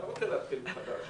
אתה רוצה להתחיל מחדש,